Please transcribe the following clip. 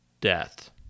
Death